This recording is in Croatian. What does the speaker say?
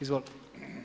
Izvolite.